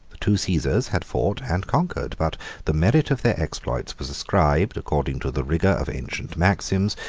the two caesars had fought and conquered, but the merit of their exploits was ascribed, according to the rigor of ancient maxims,